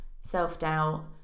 self-doubt